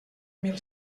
mil